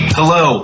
Hello